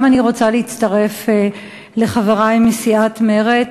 גם אני רוצה להצטרף לחברי מסיעת מרצ